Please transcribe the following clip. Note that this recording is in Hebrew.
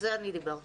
זו הייתה כוונתי.